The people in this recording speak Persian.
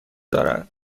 دارد